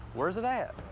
where is it at?